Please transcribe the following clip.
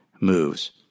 moves